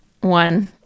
one